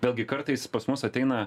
vėlgi kartais pas mus ateina